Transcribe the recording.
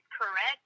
correct